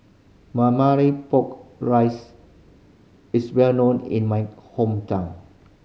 pork rice is well known in my hometown